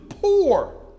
poor